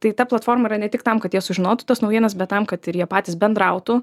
tai ta platforma yra ne tik tam kad jie sužinotų tas naujienas bet tam kad ir jie patys bendrautų